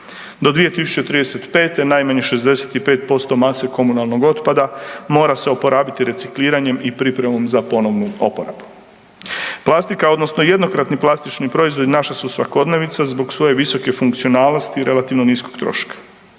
Do 2035. Najmanje 65% mase komunalnog otpada mora se oporaviti recikliranjem i pripremom za ponovnu oporabu. Plastika odnosno jednokratni plastični proizvodi naša su svakodnevica zbog svoje visoke funkcionalnosti i relativno niskog troška.